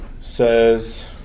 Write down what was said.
says